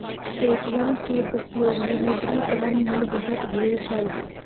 Paytm के उपयोग विमुद्रीकरण में बहुत भेल छल